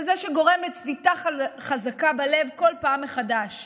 כזה שגורם לצביטה חזקה בלב כל פעם מחדש,